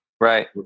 Right